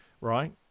right